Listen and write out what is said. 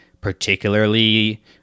particularly